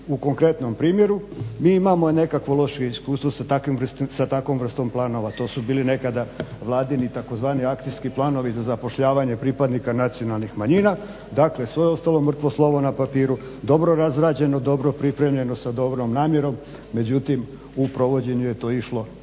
u konkretnom primjeru. Mi imamo nekakvo loše iskustvo sa takovom vrstom planova. To su bili nekada Vladini, tzv. akcijski planovi za zapošljavanje pripadnika nacionalnih manjina. Dakle, sve je ostalo mrtvo slovo na papiru, dobro razrađeno, dobro pripremljeno sa dobro namjerom, međutim u provođenju je to išlo